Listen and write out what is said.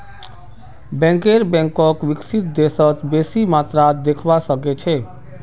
banker बैंकक विकसित देशत बेसी मात्रात देखवा सके छै